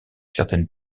certaines